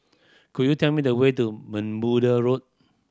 could you tell me the way to Bermuda Road